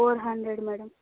four hundred madam